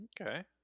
Okay